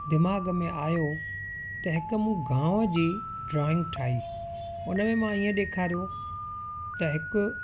दिमाग़ में आयो त हिकु मूं गांव जी ड्रॉइंग ठाही उनमें मां ईअं ॾेखारियो त हिकु